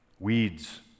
weeds